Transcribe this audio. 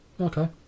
Okay